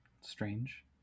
strange